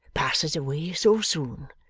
passes away so soon.